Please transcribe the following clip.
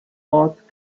ort